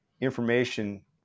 information